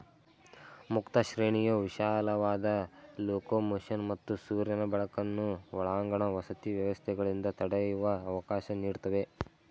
ಮುಕ್ತ ಶ್ರೇಣಿಯು ವಿಶಾಲವಾದ ಲೊಕೊಮೊಷನ್ ಮತ್ತು ಸೂರ್ಯನ ಬೆಳಕನ್ನು ಒಳಾಂಗಣ ವಸತಿ ವ್ಯವಸ್ಥೆಗಳಿಂದ ತಡೆಯುವ ಅವಕಾಶ ನೀಡ್ತವೆ